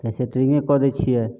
तऽ सेटरिन्गे कऽ दै छिए